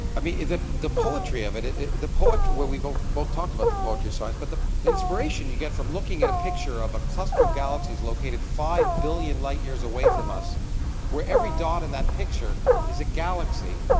i mean the the the poetry of it it the poetry where we both both talk about the poetry of science but the inspiration you get from looking at a picture of a cluster of galaxies located five billion light-years away from us where every dot in that picture is a galaxy?